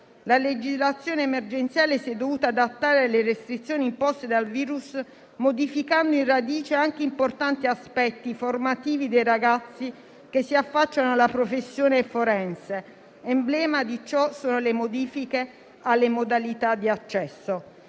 La legislazione emergenziale si è dovuta adattare alle restrizioni imposte dal virus, modificando in radice anche importanti aspetti formativi dei ragazzi che si affacciano alla professione forense; emblema di ciò sono le modifiche alle modalità di accesso.